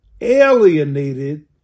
alienated